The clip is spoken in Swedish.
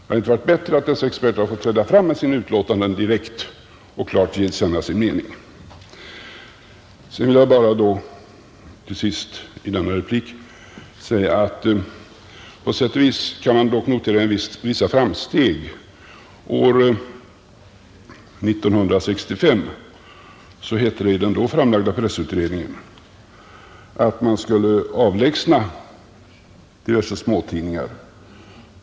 Hade det inte varit bättre att dessa experter direkt fått träda fram med sina utlåtanden och klart givit sin mening till känna? Jag vill till sist i min replik säga att man på sätt och vis kan notera vissa framsteg. År 1965 hette det i den då framlagda pressutredningen att man skulle avlägsna diverse småtidningar.